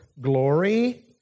glory